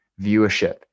viewership